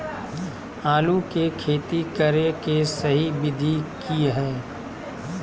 आलू के खेती करें के सही विधि की हय?